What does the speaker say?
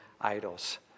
idols